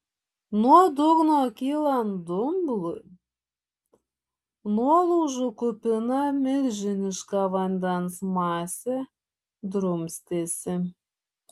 nuo dugno kylant dumblui nuolaužų kupina milžiniška vandens masė drumstėsi